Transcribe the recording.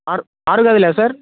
ఆరు ఆరు గదులా సార్